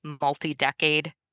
multi-decade